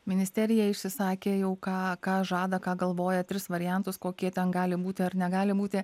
ministerija išsisakė jau ką ką žada ką galvoja tris variantus kokie ten gali būti ar negali būti